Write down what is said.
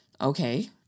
Okay